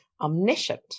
omniscient